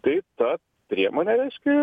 tai ta priemonė reiškia